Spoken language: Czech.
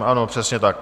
Ano, přesně tak.